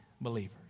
believer